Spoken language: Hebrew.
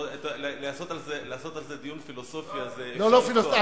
לעשות על זה דיון פילוסופי --- לא, לא פילוסופי.